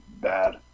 bad